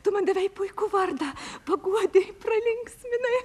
tu man davei puikų vardą paguodei pralinksminai